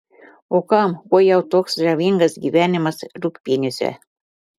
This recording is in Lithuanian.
o kam kuo jau toks žavingas gyvenimas rūgpieniuose